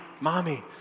mommy